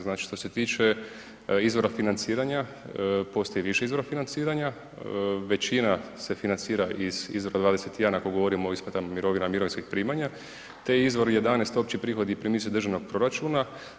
Znači što se tiče izvora financiranja, postoji više izvora financiranja, većina se financira iz izvora 21 ako govorimo o Isplatama mirovina, mirovinskih primanja te izvor 11 Opći prihodi i primici državnog proračuna.